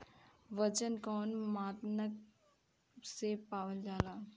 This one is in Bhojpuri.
वजन कौन मानक से मापल जाला?